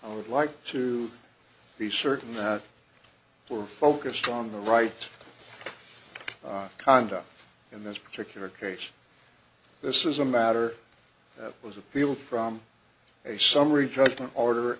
i would like to be certain that we're focused on the right conduct in this particular case this is a matter that was appealed from a summary judgment order